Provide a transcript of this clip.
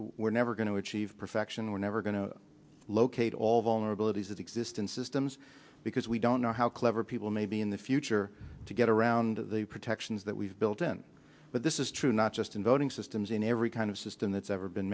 we're never going to achieve perfection we're never going to locate all vulnerabilities of existence systems because we don't know how clever people may be in the future to get around the protections that we've built in but this is true not just in voting systems in every kind of system that's ever been